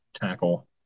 tackle